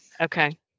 Okay